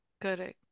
Correct